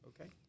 Okay